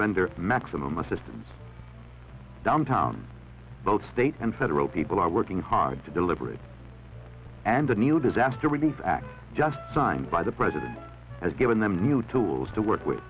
render maximum assistance downtown both state and federal people are working hard to deliver it and the new disaster relief act just signed by the president has given them new tools to work with